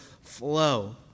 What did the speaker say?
flow